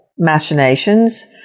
Machinations